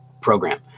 program